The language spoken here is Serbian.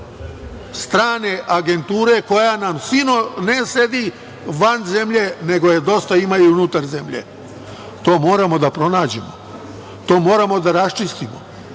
strane agenture koja nam sigurno ne sedi van zemlje, nego je dosta ima i unutar zemlje. To moramo da pronađemo. To moramo da raščistimo.